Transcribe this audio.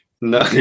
No